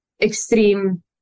extreme